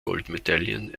goldmedaillen